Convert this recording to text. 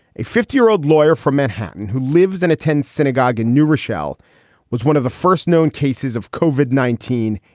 a fifty year old lawyer from manhattan who lives and attends synagogue in new rochelle was one of the first known cases of cauvin, nineteen,